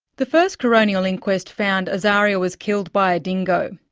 the first coronial inquest found azaria was killed by a dingo.